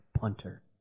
punter